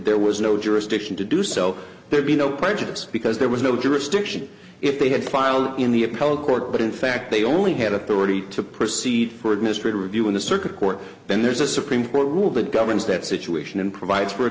there was no jurisdiction to do so there'd be no prejudice because there was no jurisdiction if they had filed in the appellate court but in fact they only had authority to proceed for administrative review in the circuit court then there's a supreme court rule that governs that situation and provides for a